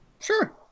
Sure